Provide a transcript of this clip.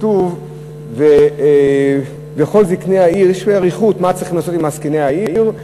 יש פה מה צריך לעשות עם זקני העיר,